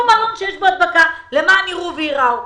בית מלון בו יש הדבקה למען יראו ויראו.